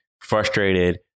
frustrated